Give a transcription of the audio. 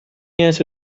years